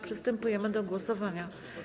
Przystępujemy do głosowania.